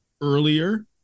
earlier